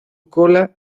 cola